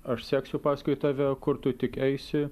aš seksiu paskui tave kur tu tik eisi